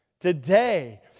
Today